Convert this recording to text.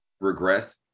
regress